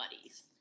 buddies